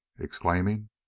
exclaiming